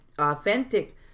authentic